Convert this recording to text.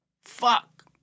Fuck